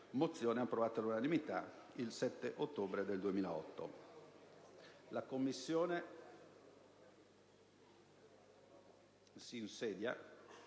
mozione approvata all'unanimità il 7 ottobre 2008.